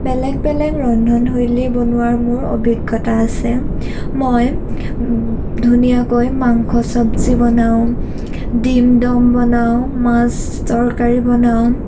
বেলেগ বেলেগ ৰন্ধনশৈলী বনোৱাৰ মোৰ অভিজ্ঞতা আছে মই ধুনীয়াকৈ মাংস চব্জি বনাওঁ ডিম দম বনাওঁ মাছ তৰকাৰী বনাওঁ